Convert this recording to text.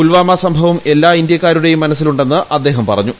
പുൽവാമ സംഭവം എല്ലാ ഇന്തൃക്കാരുടേയും മനസ്സിലുണ്ടെന്ന് അദ്ദേഹം പറഞ്ഞു